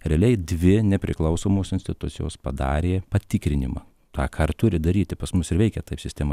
realiai dvi nepriklausomos institucijos padarė patikrinimą tą ką ir turi daryti pas mus ir veikia taip sistema